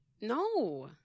No